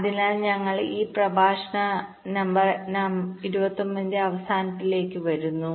അതിനാൽ ഞങ്ങൾ ഈ പ്രഭാഷണ നമ്പർ 29 ന്റെ അവസാനത്തിലേക്ക് വരുന്നു